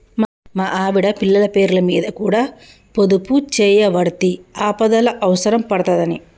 మా ఆవిడ, పిల్లల పేర్లమీద కూడ పొదుపుజేయవడ్తి, ఆపదల అవుసరం పడ్తదని